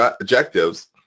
objectives